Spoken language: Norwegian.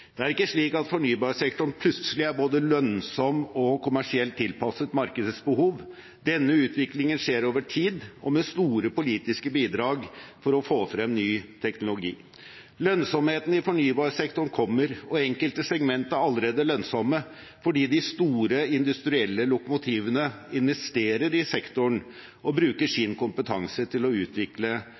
Det er ikke slik at fornybarsektoren plutselig er både lønnsom og kommersielt tilpasset markedets behov. Denne utviklingen skjer over tid og med store politiske bidrag for å få frem ny teknologi. Lønnsomheten i fornybarsektoren kommer, og enkelte segment er allerede lønnsomme fordi de store industrielle lokomotivene investerer i sektoren og bruker sin kompetanse til å utvikle